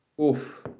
Oof